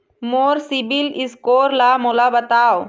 मोर CIBIL score ला मोला बताव?